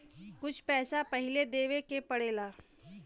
कुछ पैसा पहिले देवे के पड़ेला